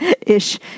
ish